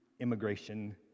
immigration